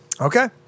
Okay